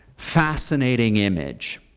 fascinating image.